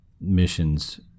missions